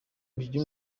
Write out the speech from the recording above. umukinnyi